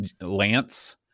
lance